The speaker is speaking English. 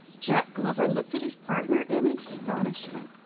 jack glover looked at his partner in astonishment.